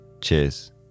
Cheers